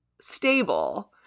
stable